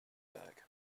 bag